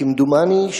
כמדומני,